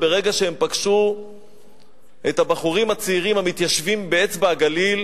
וברגע שהם פגשו את הבחורים הצעירים המתיישבים באצבע-הגליל,